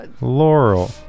Laurel